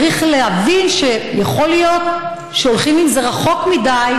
צריך להבין שיכול להיות שהולכים עם זה רחוק מדי,